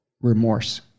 remorse